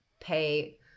pay